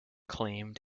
claimed